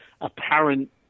apparent